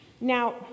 Now